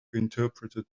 interpreted